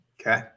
Okay